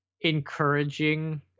encouraging